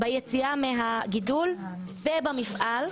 היועצת המשפטית,